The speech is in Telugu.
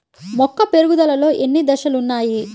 మొక్క పెరుగుదలలో ఎన్ని దశలు వున్నాయి?